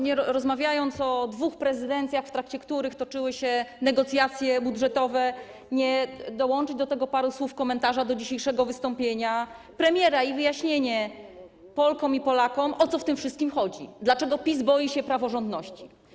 Kiedy rozmawia się o dwóch prezydencjach, w trakcie których toczyły się negocjacje budżetowe, trudno nie dołączyć do tej dyskusji paru słów komentarza do dzisiejszego wystąpienia premiera i wyjaśnienia Polkom i Polakom, o co w tym wszystkim chodzi, dlaczego PiS boi się praworządności.